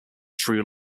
true